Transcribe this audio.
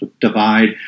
Divide